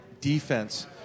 defense